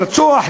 לרצוח,